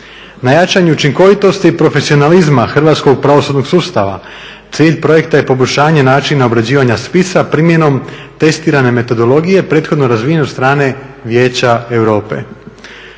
Na jačanju učinkovitosti i profesionalizma hrvatskog pravosudnog sustava cilj projekta je poboljšanje načina obrađivanja spisa primjenom testirane metodologije prethodno razvijen od strane Vijeća europe.